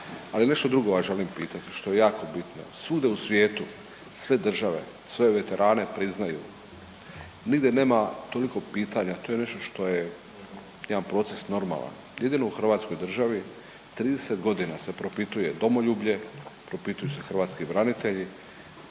ali nešto drugo vas želim pitati što je jako bitno. Svugdje u svijetu sve države, sve veterane priznaju, nigdje nema toliko pitanja, to je nešto što je jedan proces normalan, jedino u hrvatskoj državi 30.g. se propituje domoljublje, propituju se hrvatski branitelji,